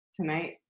tonight